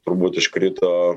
turbūt iškrito